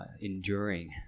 enduring